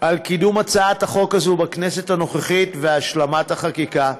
על קידום הצעת החוק הזאת בכנסת הנוכחית והשלמת החקיקה,